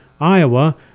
Iowa